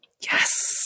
Yes